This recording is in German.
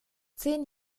zehn